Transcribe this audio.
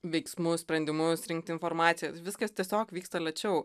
veiksmus sprendimus rinkti informaciją viskas tiesiog vyksta lėčiau